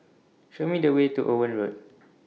Show Me The Way to Owen Road